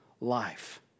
life